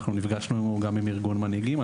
נפגשנו גם עם ארגון מנהיגים,